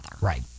Right